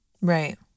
Right